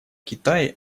китай